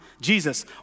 Jesus